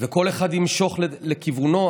וכל אחד ימשוך לכיוונו,